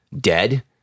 dead